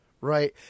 right